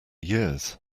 years